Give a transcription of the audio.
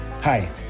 Hi